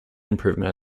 improvement